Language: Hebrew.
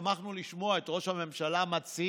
שמחנו לשמוע את ראש הממשלה מצהיר